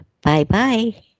bye-bye